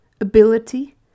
ability